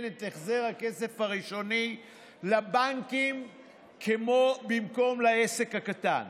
את החזר הכסף הראשוני לבנקים במקום לעסק הקטן.